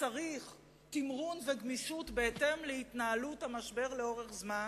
צריך תמרון וגמישות בהתאם להתנהלות המשבר לאורך זמן?